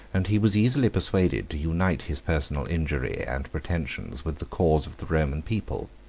and he was easily persuaded to unite his personal injury and pretensions with the cause of the roman people.